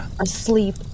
asleep